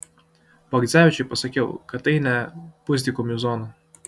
bagdzevičiui pasakiau kad tai ne pusdykumių zona